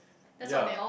yea